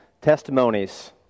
testimonies